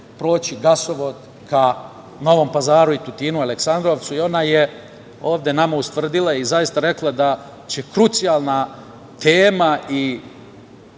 proći gasovod ka Novom Pazaru, Tutinu, Aleksandrovcu? Ona je ovde nama ustvrdila i zaista rekla da će krucijalna tema